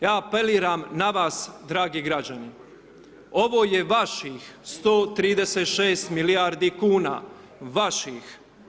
Ja apeliram na vas dragi građani, ovo je vaših 136 milijardi kuna, vaših.